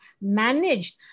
managed